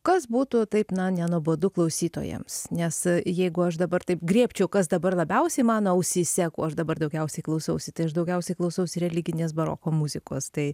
kas būtų taip na nenuobodu klausytojams nes jeigu aš dabar taip griebčiau kas dabar labiausiai mano ausyse kuo aš dabar daugiausiai klausausi tai aš daugiausiai klausausi religinės baroko muzikos tai